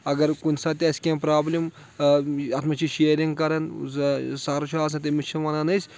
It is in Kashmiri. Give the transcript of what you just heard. اگر کُنہِ ساتہٕ تہِ آسہِ کینٛہہ پرابلِم اتھ منٛز چھِ شیرِنٛگ کَران سَرٕ چھُ آسان تٔمِس چھِ وَنان أسۍ